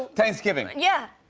thanksgiving. yeah.